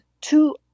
two